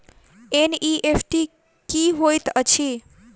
NEFT की होइत अछि?